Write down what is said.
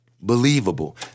believable